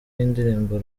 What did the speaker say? y’indirimbo